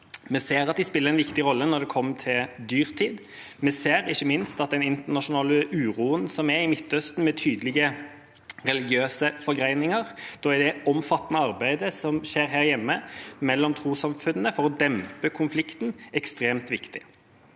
Vi ser at de spiller en viktig rolle når det gjelder dyrtid. Vi ser ikke minst at med den internasjonale uroen som er i Midtøsten, med tydelige religiøse forgreininger, er det omfattende arbeidet som skjer her hjemme mellom trossamfunnene for å dempe konflikten, ekstremt viktig.